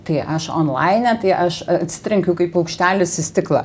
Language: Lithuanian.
tai aš onlaine tai aš atsitrenkiu kaip paukštelis į stiklą